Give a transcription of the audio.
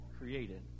created